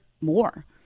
more